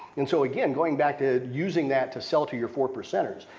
and so again, going back to using that to sell to your four percenters,